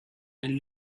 and